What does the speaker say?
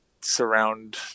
surround